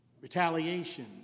retaliation